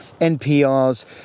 NPR's